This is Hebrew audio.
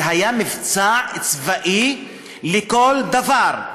זה היה מבצע צבאי לכל דבר.